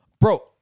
Bro